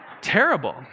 Terrible